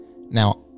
Now